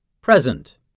Present